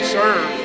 serve